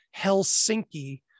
helsinki